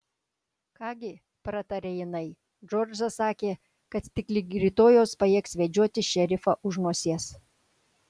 ką gi prataria jinai džordžą sakė kad tik lig rytojaus pajėgs vedžioti šerifą už nosies